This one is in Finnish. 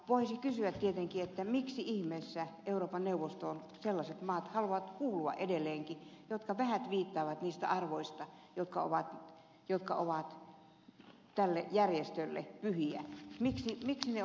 voisi kysyä tietenkin miksi ihmeessä euroopan neuvostoon haluavat kuulua edelleenkin sellaiset maat jotka vähät piittaavat niistä arvoista jotka ovat tälle järjestölle pyhiä